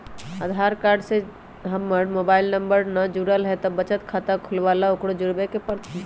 आधार card से हमर mobile number न जुरल है त बचत खाता खुलवा ला उकरो जुड़बे के पड़तई?